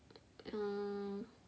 mm